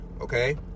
Okay